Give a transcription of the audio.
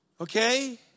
Okay